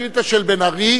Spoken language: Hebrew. ולכן, השאילתא של בן-ארי,